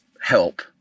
help